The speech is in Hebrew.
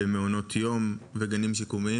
במעונות יום וגנים שיקומיים.